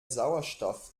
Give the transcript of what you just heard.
sauerstoff